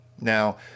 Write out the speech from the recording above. Now